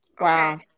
Wow